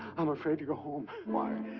i'm afraid to go home. why?